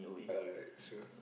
alright so